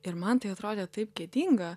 ir man tai atrodė taip gėdinga